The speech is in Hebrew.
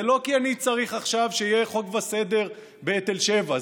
זה לא כי אני צריך עכשיו שיהיה חוק וסדר בתל שבע.